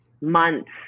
months